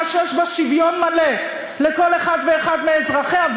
שיש בה שוויון מלא לכל אחד ואחד מאזרחיה.